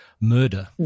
murder